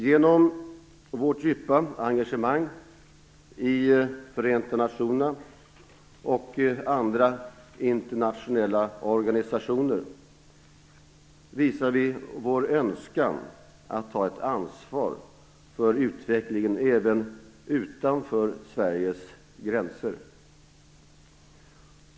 Genom vårt djupa engagemang i Förenta nationerna och andra internationella organisationer, visar vi vår önskan att ta ett ansvar för utvecklingen även utanför Sveriges gränser.